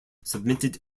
submitted